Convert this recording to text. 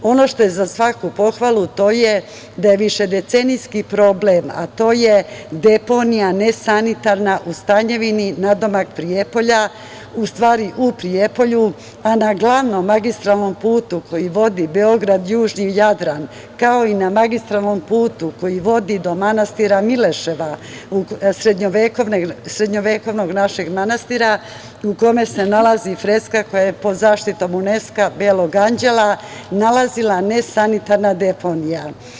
Ono što je za svaku pohvalu to je da više decenijski problem, a to je deponija nesanitarna u Stanjevini, nadomak Prijepolja, u stvari u Prijepolju, a na glavnom magistralnom putu koji vodi Beograd-južni Jadran, kao i na magistralnom putu koji vodi do manastira Mileševa, srednjovekovnog našeg manastira, u kome se nalazi freska koja je pod zaštitom Uneska „Belog anđela“ nalazila nesanitarna deponija.